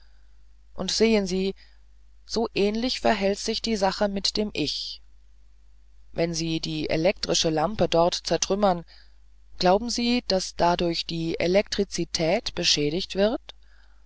und sehen sie so ähnlich verhält sich die sache mit dem ich wenn sie die elektrische lampe dort zertrümmern glauben sie daß dadurch die elektrizität beschädigt wird